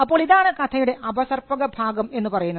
അപ്പോൾ ഇതാണ് കഥയുടെ അപസർപ്പക ഭാഗം എന്ന് പറയുന്നത്